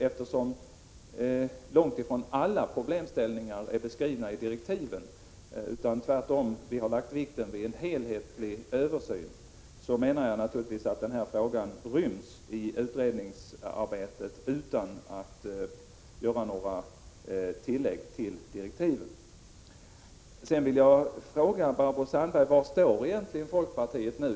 Eftersom långt ifrån alla problemställningar är beskrivna i direktiven till utredningen — vi har lagt vikten på en helhetlig översyn — menar jag att denna fråga ryms i utredningsarbetet utan att några tillägg till direktiven behöver göras. Sedan vill jag fråga Barbro Sandberg: Var står egentligen folkpartiet?